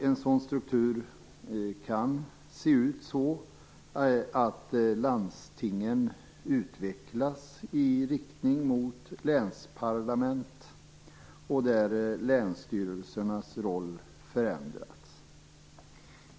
En sådan struktur kan se ut så att landstingen utvecklas i riktning mot länsparlament och att länsstyrelsernas roll förändras.